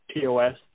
TOS